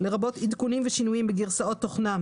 לרבות עדכונים ושינויים בגרסאות תוכנה,